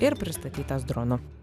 ir pristatytas dronu